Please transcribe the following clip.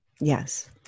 Yes